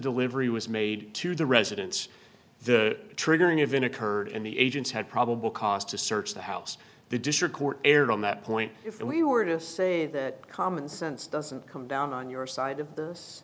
delivery was made to the residence the triggering event occurred in the agents had probable cause to search the house the district court erred on that point if we were to say that common sense doesn't come down on your side of this